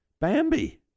Bambi